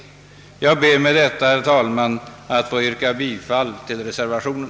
Jag ber med detta, herr talman, att få yrka bifall tiil reservationen.